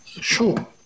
show